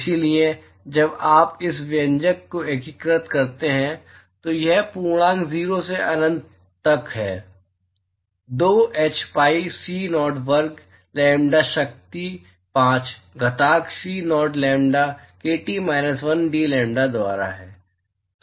इसलिए जब आप इस व्यंजक को एकीकृत करते हैं तो यह पूर्णांक 0 से अनंत तक 2 h pi c0 वर्ग लैम्ब्डा शक्ति 5 घातांक h c0 lambda kT minus 1 dlambda द्वारा है